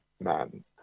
man